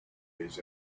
his